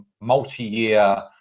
multi-year